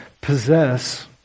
possess